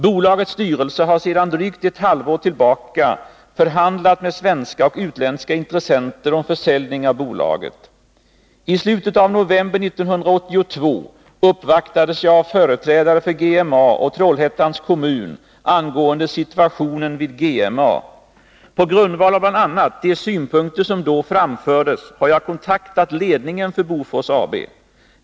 Bolagets styrelse har sedan drygt ett halvt år tillbaka förhandlat med svenska och utländska intressenter om försäljning av bolaget. I slutet av november 1982 uppvaktades jag av företrädare för GMA och Trollhättans kommun angående situationen vid GMA. På grundval av bl.a. de synpunkter som då framfördes har jag kontaktat ledningen för Bofors AB.